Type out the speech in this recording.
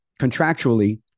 contractually